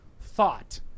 thought